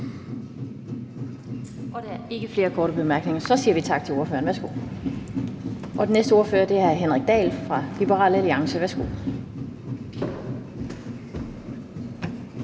Så er der ikke flere korte bemærkninger. Vi siger tak til ordføreren. Den næste ordfører er hr. Henrik Dahl fra Liberal Alliance. Værsgo.